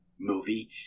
movie